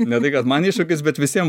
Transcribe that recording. ne tai kad man iššūkis bet visiem